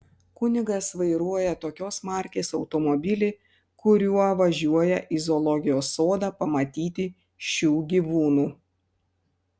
kunigas vairuoja tokios markės automobilį kuriuo važiuoja į zoologijos sodą pamatyti šių gyvūnų